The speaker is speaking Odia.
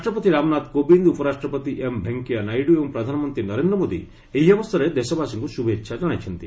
ରାଷ୍ଟ୍ରପତି ରାମନାଥ କୋବିନ୍ଦ୍ ଉପରାଷ୍ଟ୍ରପତି ଏମ୍ ଭେଙ୍କିୟା ନାଇଡୁ ଏବଂ ପ୍ରଧାନମନ୍ତ୍ରୀ ନରେନ୍ଦ୍ର ମୋଦି ଏହି ଅବସରରେ ଦେଶବାସୀଙ୍କୁ ଶୁଭେଚ୍ଛା ଜଣାଇଛନ୍ତି